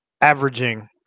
averaging